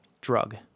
drug